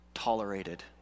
tolerated